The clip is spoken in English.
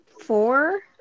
four